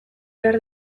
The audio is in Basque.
behar